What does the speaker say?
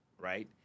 right